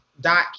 dot